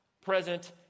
present